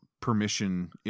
permission